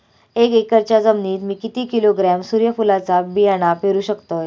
एक एकरच्या जमिनीत मी किती किलोग्रॅम सूर्यफुलचा बियाणा पेरु शकतय?